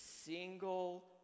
single